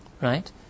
right